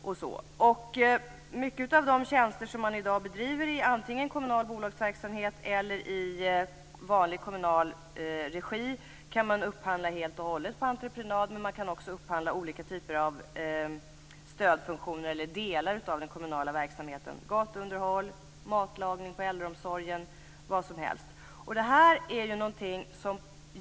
Många av de tjänster som man i dag bedriver i antingen kommunal bolagsverksamhet eller i vanlig kommunal regi kan man upphandla helt och hållet på entreprenad, men man kan också upphandla olika typer av stödfunktioner eller delar av den kommunala verksamheten, t.ex. gatuunderhåll, matlagning inom äldreomsorgen m.m.